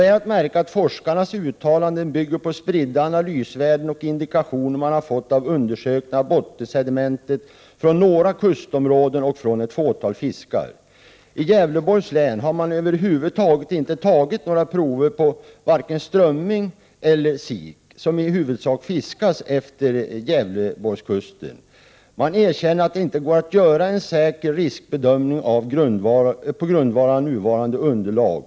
Det bör noteras att forskarnas uttalanden bygger på spridda analysvärden och indikationer som man har fått av att undersöka bottensediment från några kustområden och ett fåtal fiskar. I Gävleborgs län har man över huvud taget inte tagit några prover på strömming eller sik, som i huvudsak fiskas efter Gävleborgskusten. Man erkänner att det inte går att göra en säker riskbedömning på grundval av nuvarande underlag.